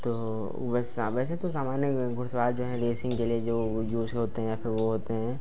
तो वैसे वैसे तो सामान्य घुड़सवार जो हैं रेसिंग के लिए जो वह जो से होते हैं फिर वह होते हैं